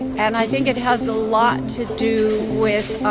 and i think it has a lot to do with